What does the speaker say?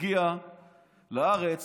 הגיע לארץ